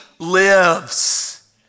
lives